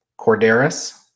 Corderas